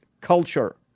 Culture